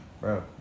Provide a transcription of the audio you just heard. Bro